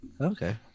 Okay